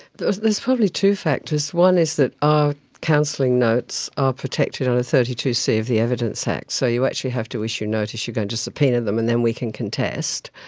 there's there's probably two factors one is that our counselling notes are protected under thirty two c of the evidence act, so you actually have to issue notice you're going to subpoena them, and then we can contest.